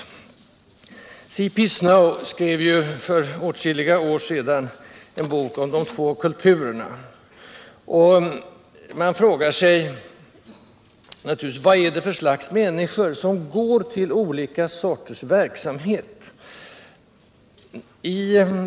C.P. Snow skrev ju för åtskilliga år sedan en bok om de två kulturerna. Man frågar sig naturligtvis vad det är för slags människor som går till olika slag av verksamhet.